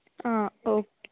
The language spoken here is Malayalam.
ആ ഓക്കെ